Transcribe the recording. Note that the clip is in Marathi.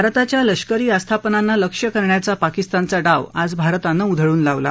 भारताच्या लष्करी आस्थापनांना लक्ष्य करण्याचा पाकिस्तानचा डाव आज भारतानं उधळून लावला